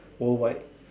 worldwide